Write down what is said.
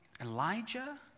Elijah